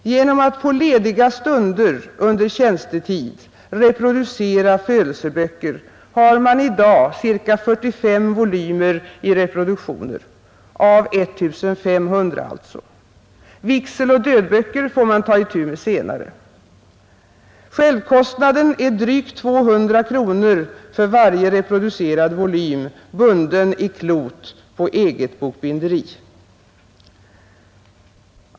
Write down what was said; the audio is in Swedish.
Genom att på lediga stunder under tjänstetid reproducera födelseböcker har man i dag ca 45 volymer i reproduktioner — av 1 500 alltså. Vigseloch dödböcker får man ta itu med senare. Självkostnaden är drygt 200 kronor för varje reproducerad volym, bunden i klot på eget bokbinderi.